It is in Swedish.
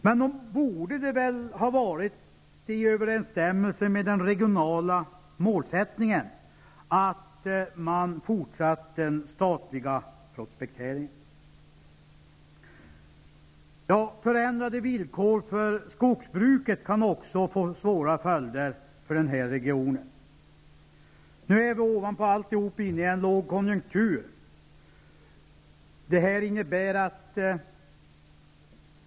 Nog borde det väl ha varit i överensstämmelse med den regionala målsättningen att man fortsatt med den statliga prospekteringen. Förändrade villkor för skogsbruket kan också få svåra följder för den här regionen. Vi är nu dessutom inne i en lågkonjunktur.